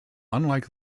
unlike